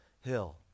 hill